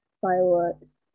fireworks